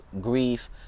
grief